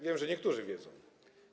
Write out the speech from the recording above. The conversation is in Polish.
Wiem, że niektórzy wiedzą.